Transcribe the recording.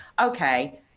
okay